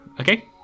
okay